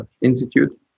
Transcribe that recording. Institute